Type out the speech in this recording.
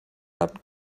abend